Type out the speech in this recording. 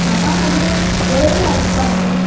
म्हाका म्हाज्यो वळेरी आयकपाक दी